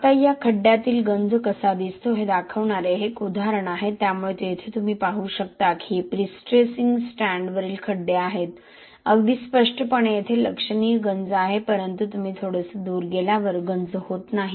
आता हा खड्ड्यातील गंज कसा दिसतो हे दाखवणारे हे एक उदाहरण आहे त्यामुळे येथे तुम्ही पाहू शकता की हे प्रीस्ट्रेसिंग स्ट्रँडवरील खड्डे आहेत अगदी स्पष्टपणे येथे लक्षणीय गंज आहे परंतु तुम्ही थोडेसे दूर गेल्यावर गंज होत नाही